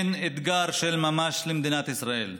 היא אתגר של ממש למדינת ישראל.